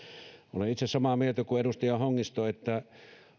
olen itse samaa mieltä kuin edustaja hongisto että